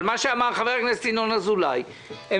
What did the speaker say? אבל מה שאמר חבר הכנסת ינון אזולאי הם